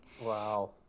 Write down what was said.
Wow